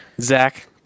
zach